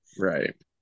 right